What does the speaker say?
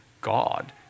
God